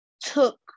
took